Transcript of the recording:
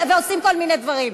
עושים כל מיני דברים.